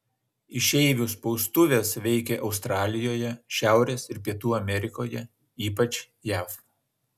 išeivių spaustuvės veikė australijoje šiaurės ir pietų amerikoje ypač jav